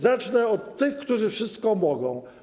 Zacznę od tych, którzy wszystko mogą.